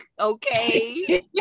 okay